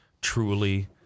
truly